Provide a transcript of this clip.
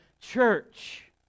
church